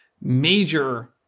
major